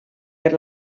per